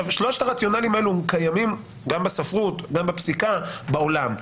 שלושת הרציונלים האלה קיימים גם בספרות וגם בפסיקה בעולם.